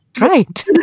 right